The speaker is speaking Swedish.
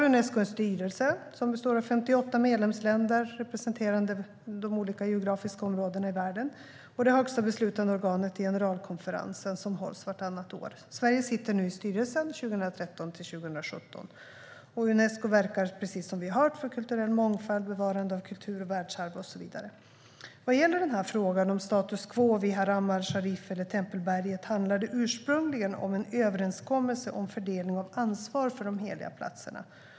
Unesco har en styrelse som består av 58 medlemsländer representerande de olika geografiska områdena i världen. Det högsta beslutande organet är generalkonferensen som hålls vartannat år. Sverige sitter nu i styrelsen från 2013 till 2017, och Unesco verkar, precis som vi hört, för kulturell mångfald, bevarande av kultur och världsarv och så vidare. Vad gäller frågan om status quo vid Haram-al-Sharif, eller tempelberget, handlade det ursprungligen om en överenskommelse om fördelning av ansvar för de heliga platserna.